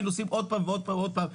היינו עושים עוד פעם ועוד פעם ועוד פעם;